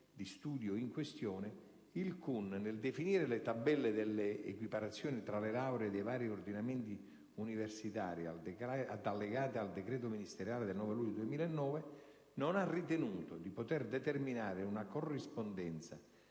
universitario nazionale, nel definire le tabelle delle equiparazioni tra le lauree dei vari ordinamenti universitari allegate al decreto ministeriale del 9 luglio 2009, non ha ritenuto di poter determinare una corrispondenza